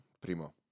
Primo